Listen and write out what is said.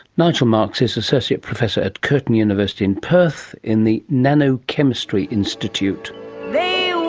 nigel marks is associate professor at curtin university in perth in the nanochemistry institute